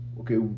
okay